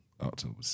October